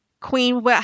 Queen